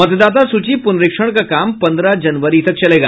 मतदाता सूची पुनरीक्षण का काम पन्द्रह जनवरी तक चलेगा